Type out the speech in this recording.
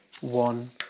one